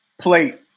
plate